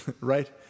right